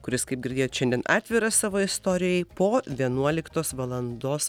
kuris kaip girdėjot šiandien atviras savo istorijai po vienuoliktos valandos